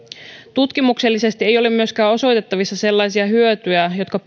tutkimuksellisesti ei ole myöskään osoitettavissa sellaisia hyötyjä jotka